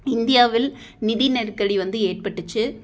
இந்தியாவில் நிதி நெருக்கடி வந்து ஏற்பட்டுச்சு